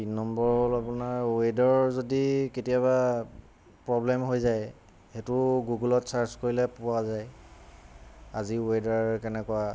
তিনি নম্বৰ হ'ল আপোনাৰ ৱেডাৰৰ যদি কেতিয়াবা প্ৰব্লেম হৈ যায় সেইটো গুগলত ছাৰ্জ কৰিলে পোৱা যায় আজি ৱেডাৰ কেনেকুৱা